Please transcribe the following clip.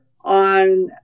on